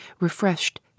refreshed